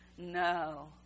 No